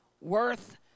worth